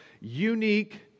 unique